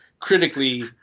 critically